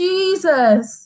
Jesus